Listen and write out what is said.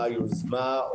היוזמה,